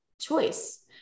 choice